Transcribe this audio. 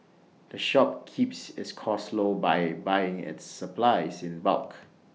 the shop keeps its costs low by buying its supplies in bulk